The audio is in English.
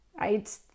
right